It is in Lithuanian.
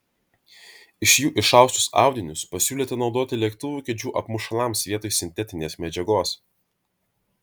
iš jų išaustus audinius pasiūlyta naudoti lėktuvų kėdžių apmušalams vietoj sintetinės medžiagos